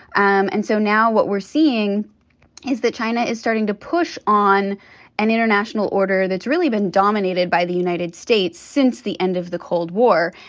um and so now what we're seeing is that china is starting to push on an international order that's really been dominated by the united states since the end of the cold war.